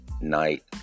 Night